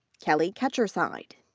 kelli ketcherside.